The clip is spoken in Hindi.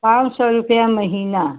पाँच सौ रुपये महीना